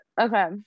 okay